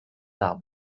tard